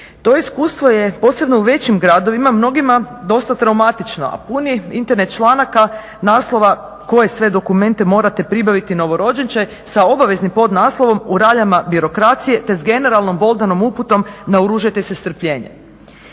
To iskustvo je posebno u većim gradovima mnogima dosta traumatično, a pun je Internet članaka naslova koje sve dokumente morate pribaviti novorođenče sa obaveznim podnaslovom u raljama birokracije te s generalnom boldanom uputom naoružajte se strpljenjem.